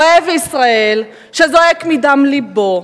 אוהב ישראל, שזועק מדם לבו.